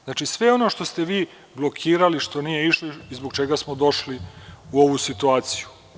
Znači, sve ono što ste vi blokirali što nije išlo i zbog čega smo došli u ovu situaciju.